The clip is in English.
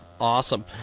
awesome